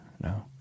No